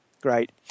Great